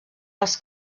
les